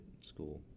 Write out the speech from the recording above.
School